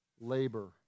labor